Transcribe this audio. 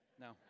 No